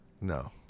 No